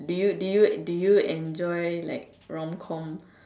do you do you do you enjoy like rom-com